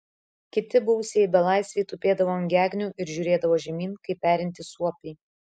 kiti buvusieji belaisviai tupėdavo ant gegnių ir žiūrėdavo žemyn kaip perintys suopiai